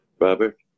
Robert